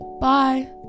bye